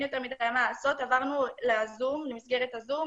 יותר מדי מה לעשות עברנו למסגרת הזום,